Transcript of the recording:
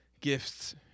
gifts